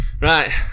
Right